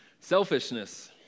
Selfishness